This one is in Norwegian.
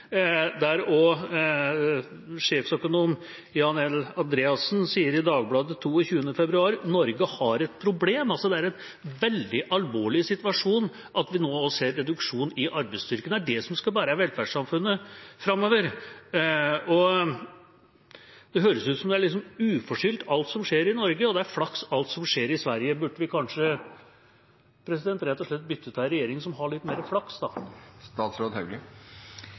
og også sjeføkonom Jan L. Andreassen sier til Dagbladet den 22. februar: «Norge har et problem». Det er altså en veldig alvorlig situasjon at vi nå ser reduksjon i arbeidsstyrken. Det er det som skal bære velferdssamfunnet framover. Det høres ut som om det er uforskyldt alt som skjer i Norge, og flaks alt som skjer i Sverige. Burde vi kanskje rett og slett bytte til en regjering som har litt